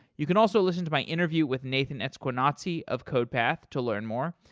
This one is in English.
you could also listen to my interview with nathan esquenazi of codepath to learn more,